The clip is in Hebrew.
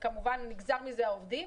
וכמובן נגזר מזה העובדים.